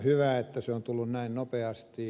hyvä että se on tullut näin nopeasti